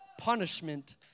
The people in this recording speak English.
punishment